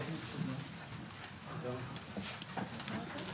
הישיבה ננעלה בשעה